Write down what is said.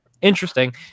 interesting